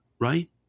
Right